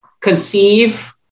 conceive